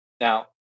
Now